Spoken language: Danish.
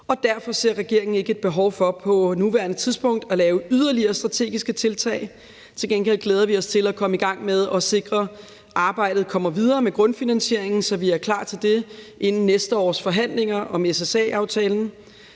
Derfor ser regeringen ikke et behov for på nuværende tidspunkt at lave yderligere strategiske tiltag. Til gengæld glæder vi os til at komme i gang med at sikre, at arbejdet kommer videre med grundfinansieringen, så vi er klar til det inden næste års forhandlinger om SSA-aftalen.